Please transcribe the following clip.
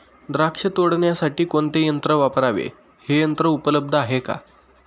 द्राक्ष तोडण्यासाठी कोणते यंत्र वापरावे? हे यंत्र उपलब्ध आहे का?